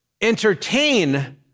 entertain